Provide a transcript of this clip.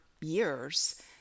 years